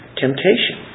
temptation